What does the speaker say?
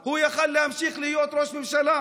הוא יכול היה להמשיך להיות ראש ממשלה.